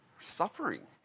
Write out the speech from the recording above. suffering